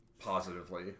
positively